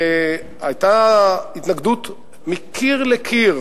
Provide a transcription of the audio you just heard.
והיתה התנגדות מקיר לקיר,